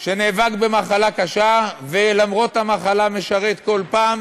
שנאבק במחלה קשה, ולמרות המחלה משרת כל פעם